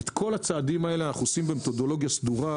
את כל הצעדים האלה אנחנו עושים במתודולוגיה סדורה,